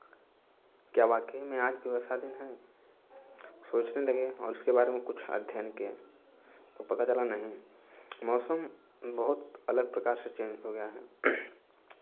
क्या वाकई में आज भी वैसा दिन है सोचने लगे और उसके बारे में कुछ अध्ययन किए तो पता चला नहीं मौसम बहुत अलग प्रकार से चेंज हो गया है